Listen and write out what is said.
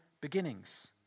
beginnings